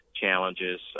challenges